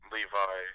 Levi